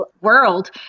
world